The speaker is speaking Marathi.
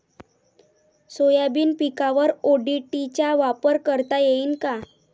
सोयाबीन पिकावर ओ.डी.टी चा वापर करता येईन का?